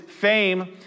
fame